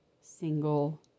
single